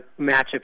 matchup